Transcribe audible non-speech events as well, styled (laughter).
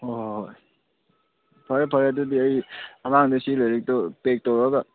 ꯍꯣꯏ ꯍꯣꯏ ꯍꯣꯏ ꯐꯔꯦ ꯐꯔꯦ ꯑꯗꯨꯗꯤ ꯑꯩ (unintelligible) ꯁꯤ ꯂꯥꯏꯔꯤꯛꯇꯨ ꯄꯦꯛ ꯇꯧꯔꯒ